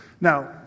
Now